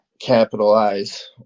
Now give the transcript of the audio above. capitalize